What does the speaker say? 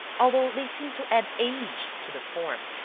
although they seem to add age to the form.